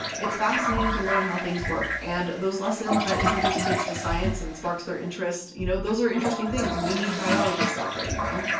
it's fascinating to learn how things work and those lessons that introduce kids to science and sparks their interest. you know, those are interesting things. we need biologists out there you know.